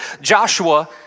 Joshua